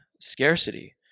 scarcity